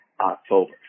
October